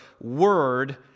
word